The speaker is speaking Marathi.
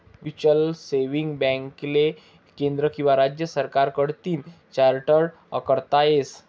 म्युचलसेविंग बॅकले केंद्र किंवा राज्य सरकार कडतीन चार्टट करता येस